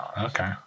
okay